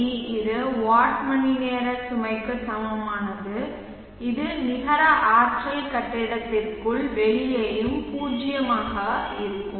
we இது watt மணிநேர சுமைக்கு சமமானது இது நிகர ஆற்றல் கட்டிடத்திற்கு வெளியேயும் பூஜ்ஜியமாக இருக்கும்